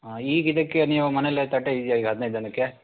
ಹಾಂ ಈಗ ಇದಕ್ಕೆ ನೀವು ಮನೆಯಲ್ಲೇ ತಟ್ಟೆ ಇದೆಯಾ ಈಗ ಹದಿನೈದು ಜನಕ್ಕೆ